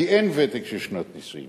כי אין ותק של שנות נישואים,